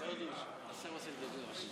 אבל אתם לא מצביעים בעד, תצביעו בעד.